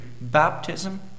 baptism